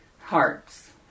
Hearts